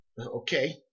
Okay